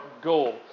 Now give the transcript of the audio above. goal